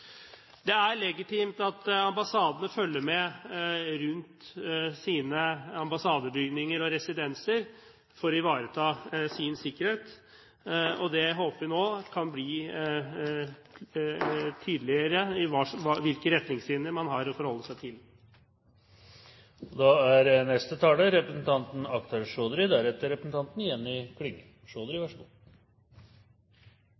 Det er legitimt at ambassadene følger med rundt sine ambassadebygninger og residenser for å ivareta sin sikkerhet. Vi håper nå det kan bli tydeligere hvilke retningslinjer man har å forholde seg til. Det var ikke mindre enn et sjokk da